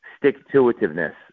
stick-to-itiveness